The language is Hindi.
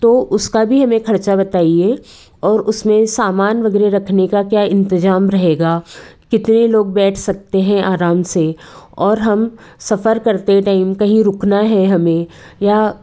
तो उसका भी हमें खर्चा बताइए और उसमें सामान वगैरह रखने का क्या इंतज़ाम रहेगा कितने लोग बैठ सकते हैं आराम से और हम सफ़र करते टाइम कहीं रुकना है हमें या